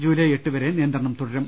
ജൂലായ് എട്ടുവരെ നിയന്ത്രണം തുടരും